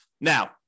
Now